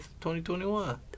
2021